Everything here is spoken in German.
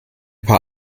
paar